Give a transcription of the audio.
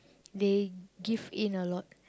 they give in a lot